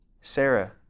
Sarah